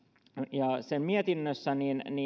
ja sen mietinnössä